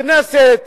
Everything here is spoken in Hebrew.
הכנסת